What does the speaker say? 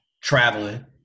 traveling